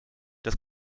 das